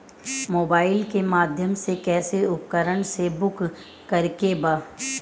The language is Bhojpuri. मोबाइल के माध्यम से कैसे उपकरण के बुक करेके बा?